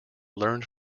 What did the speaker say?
learned